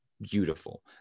beautiful